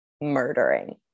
murdering